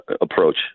approach